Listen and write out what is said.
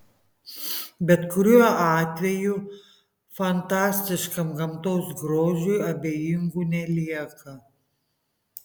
bet kuriuo atveju fantastiškam gamtos grožiui abejingų nelieka